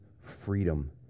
freedom